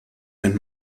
ein